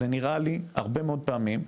זה נראה לי הרבה מאוד פעמים,